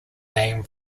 name